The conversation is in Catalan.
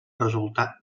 resultat